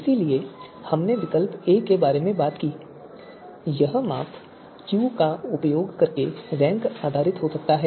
इसलिए हमने विकल्प a के बारे में बात की यह माप Q का उपयोग करके रैंक आधारित हो सकता है